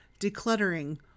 Decluttering